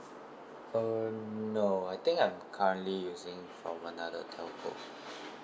uh no I think I'm currently using from another telco